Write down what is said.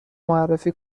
معرفی